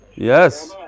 Yes